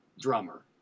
drummer